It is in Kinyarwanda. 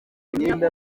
imyenda